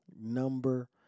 number